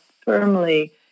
firmly